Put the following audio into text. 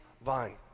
vine